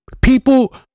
People